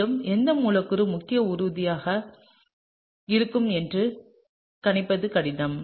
மேலும் எந்த மூலக்கூறு முக்கிய உற்பத்தியாக இருக்கும் என்று கணிப்பது கடினம்